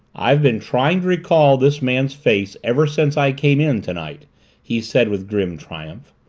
i've been trying to recall this man's face ever since i came in tonight he said with grim triumph.